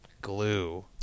glue